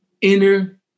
inner